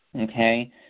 Okay